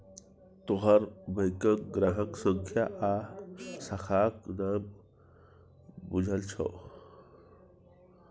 तोहर बैंकक ग्राहक संख्या आ शाखाक नाम बुझल छौ